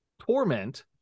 torment